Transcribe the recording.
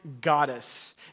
goddess